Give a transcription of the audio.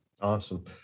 Awesome